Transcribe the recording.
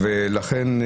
ולכן,